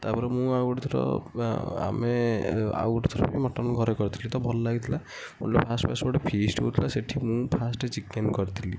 ତା'ପରେ ମୁଁ ଆଉ ଗୋଟିଏ ଥର ଆମେ ଆଉ ଗୋଟିଏ ଥର ବି ମଟନ୍ ଘରେ କରିଥିଲି ତ ଭଲ ଲାଗିଥିଲା ଫାଷ୍ଟ୍ ଫାଷ୍ଟ୍ ଗୋଟିଏ ଫିଷ୍ଟ୍ ହେଉଥିଲା ସେଇଠି ମୁଁ ଫାଷ୍ଟ୍ ଚିକେନ୍ କରିଥିଲି